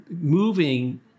moving